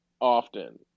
often